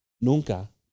Nunca